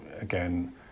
again